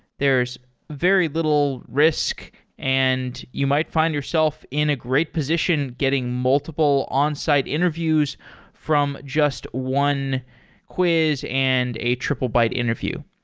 there's very little risk and you might find yourself in a great position getting multiple onsite interviews from just one quiz and a triplebyte interview.